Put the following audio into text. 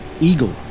eagle